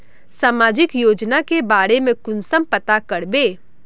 सामाजिक योजना के बारे में कुंसम पता करबे?